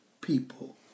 people